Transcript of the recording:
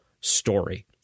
story